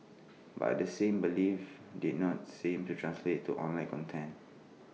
but the same belief did not seem to translate to online content